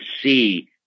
see